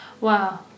wow